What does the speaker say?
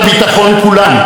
לצה"ל,